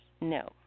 No